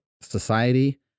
society